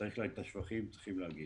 זה גם ייתר את הצורך באופן טבעי.